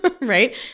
right